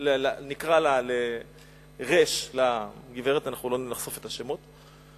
הם הציגו לגברת ר' אנחנו לא נחשוף את השמות,